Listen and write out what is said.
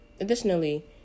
Additionally